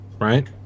right